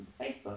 facebook